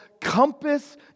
compass